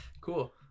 Cool